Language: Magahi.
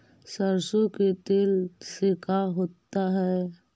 सरसों के तेल से का होता है?